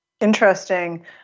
Interesting